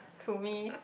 to me